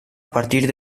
partir